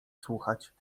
słuchać